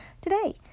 today